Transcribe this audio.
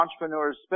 entrepreneurs